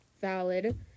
valid